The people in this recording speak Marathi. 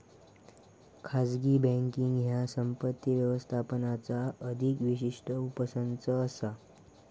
खाजगी बँकींग ह्या संपत्ती व्यवस्थापनाचा अधिक विशिष्ट उपसंच असा